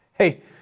Hey